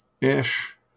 ish